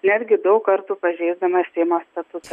netgi daug kartų pažeisdamas seimo statutą